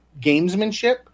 gamesmanship